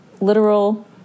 literal